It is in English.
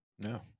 No